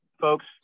folks